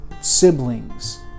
siblings